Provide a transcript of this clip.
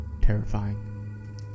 terrifying